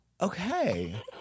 Okay